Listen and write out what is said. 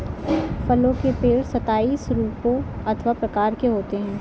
फलों के पेड़ सताइस रूपों अथवा प्रकार के होते हैं